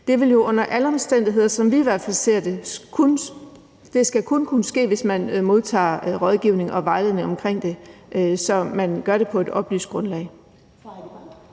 Det vil under alle omstændigheder, som vi i hvert fald ser det, kun kunne ske, hvis man modtager rådgivning og vejledning omkring det, så man gør det på et oplyst grundlag.